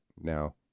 now